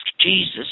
Jesus